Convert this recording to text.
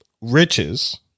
riches